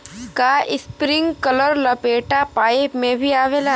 का इस्प्रिंकलर लपेटा पाइप में भी आवेला?